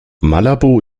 malabo